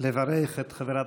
חברות